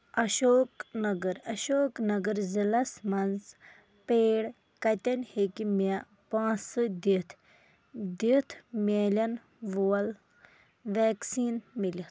اشوک نَگر اشوک نَگر ضلعس مَنٛز پیڈ کتٮ۪ن ہیٚکہِ مےٚ پونٛسہٕ دِتھ دِتھ ملن وول ویکسیٖن مِلِتھ؟